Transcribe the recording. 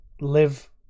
live